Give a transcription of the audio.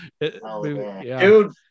dude